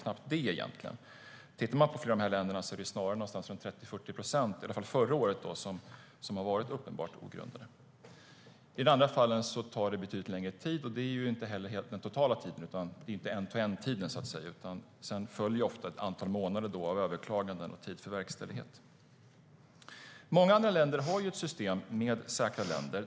När det gäller flera av dessa länder var det förra året 30-40 procent av ansökningarna som var uppenbart ogrundade. I andra fall tar det betydligt längre tid, eftersom det kan följa ett antal överklaganden. Man måste också räkna med tiden för verkställighet. Många andra länder har ett system med säkra länder.